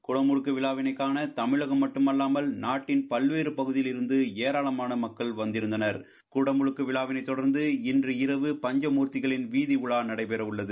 குடமுழுக்கு விழாவை கான தமிழகம் மட்டுமல்லாமல் நாட்டின் பல்வேறு பகுதிகளிலிருந்து ஏராளமான மக்கள் வந்திருந்தனர் குடமுழக்கு விழாவினை தொடர்ந்து இன்றீரவு பஞ்சமூர்த்தி வீதி உலா நடைபெறவுள்ளது